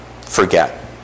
forget